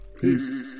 Peace